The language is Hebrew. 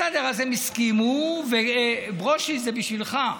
בסדר, אז הם הסכימו, ברושי, זה בשבילך,